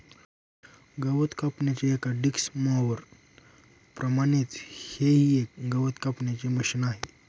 गवत कापण्याच्या एका डिक्स मॉवर प्रमाणेच हे ही एक गवत कापण्याचे मशिन आहे